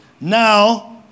Now